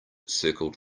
circled